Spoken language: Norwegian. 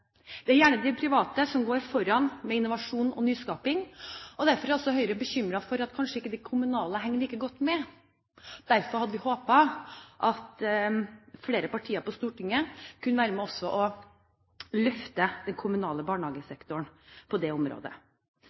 Det er gjerne de private som går foran med innovasjon og nyskaping, og derfor er Høyre bekymret for at de kommunale kanskje ikke henger like godt med. Derfor hadde vi håpet at flere partier på Stortinget kunne være med på å løfte også den kommunale barnehagesektoren på dette området.